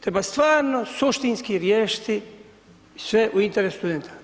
Treba stvarno suštinski riješiti sve u interesu studenta.